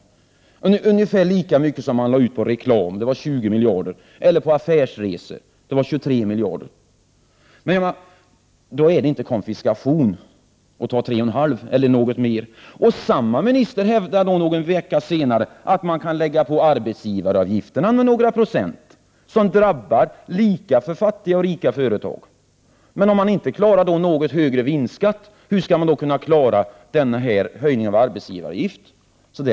Det är ungefär lika mycket som man lade ut på reklam, 20 miljarder, eller på affärsresor, 23 miljarder. Då är det inte konfiskation att ta ut 3,5 miljarder eller något mer. Samma minister hävdade någon vecka senare att man kan öka arbetsgivaravgifterna med några procentenheter. Dessa avgifter drabbar fattiga och rika företag lika. Om man inte klarar en något högre vinstskatt, hur skall man då klara en höjning av arbetsgivaravgiften?